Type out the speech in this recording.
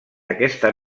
aquesta